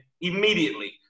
immediately